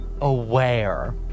aware